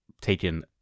taken